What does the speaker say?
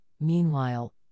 Meanwhile